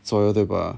左右对吧